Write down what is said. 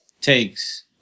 takes